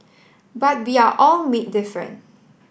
but we are all made different